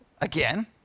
Again